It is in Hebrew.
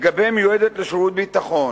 לגבי מיועדת לשירות ביטחון,